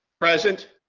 present.